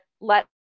let